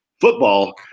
football